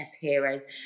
heroes